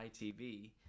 itv